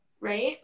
right